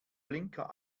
blinker